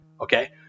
Okay